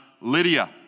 Lydia